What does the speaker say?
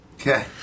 Okay